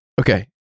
okay